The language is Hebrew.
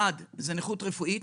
אחד, נכות רפואית,